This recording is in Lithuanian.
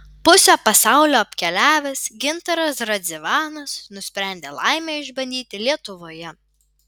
pusę pasaulio apkeliavęs gintaras radzivanas nusprendė laimę išbandyti lietuvoje